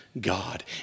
God